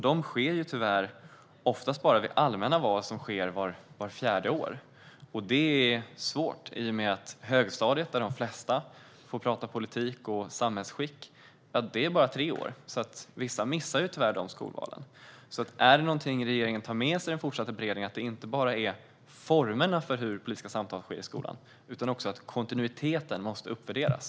De sker ju tyvärr oftast bara i samband med allmänna val vart fjärde år. Det gör det svårt i och med att högstadiet, där de flesta får prata politik och samhällsskick, bara omfattar tre år, så vissa missar tyvärr skolvalen. Är det någonting som regeringen tar med sig i den fortsatta beredningen, att det inte bara handlar om formerna för det politiska samtalet i skolan utan också att kontinuiteten måste uppvärderas?